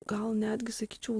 gal netgi sakyčiau